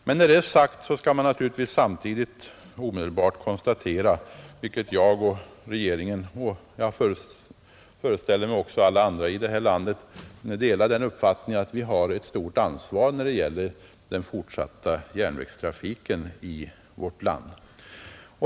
Men när det är sagt skall man omedelbart konstatera — vilket jag och regeringen gjort, och jag föreställer mig att alla andra i det här landet delar den uppfattningen — att vi har ett stort ansvar när det gäller den fortsatta järnvägstrafiken i vårt land.